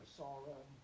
sorrow